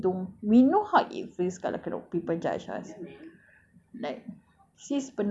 kita dah pernah kena judge lah that's why we don't we know how it is kalau people judge us